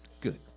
Good